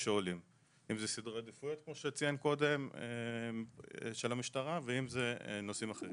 אם זה סדרי עדיפויות של המשטרה ואם זה נושאים אחרים.